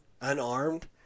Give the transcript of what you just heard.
unarmed